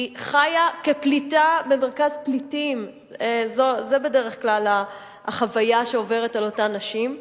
היא חיה כפליטה במרכז פליטים זו בדרך כלל החוויה שעוברת על אותן נשים,